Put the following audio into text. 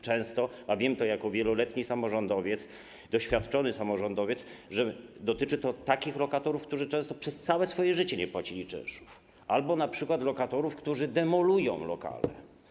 Często - a wiem to jako wieloletni samorządowiec, doświadczony samorządowiec - dotyczy to takich lokatorów, którzy przez całe swoje życie nie płacili czynszów, albo np. lokatorów, którzy demolują lokale.